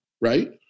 right